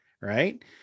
right